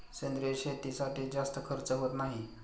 सेंद्रिय शेतीसाठी जास्त खर्च होत नाही